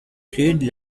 plus